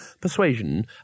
persuasion